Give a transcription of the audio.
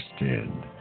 understand